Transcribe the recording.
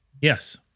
Yes